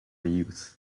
youth